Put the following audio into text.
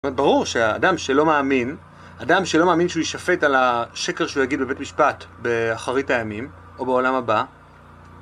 ברור שהאדם שלא מאמין, אדם שלא מאמין שהוא ישפט על השקר שהוא יגיד בבית משפט באחרית הימים, או בעולם הבא...